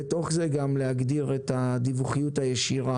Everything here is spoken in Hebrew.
ובתוך זה גם להגדיר את הדיווחיות הישירה